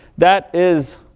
that is